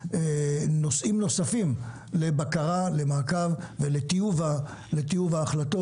נושאים נוספים למעקב, לבקרה ולטיוב ההחלטות.